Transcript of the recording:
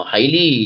Highly